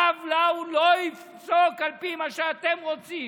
הרב לאו לא יפסוק על פי מה שאתם רוצים.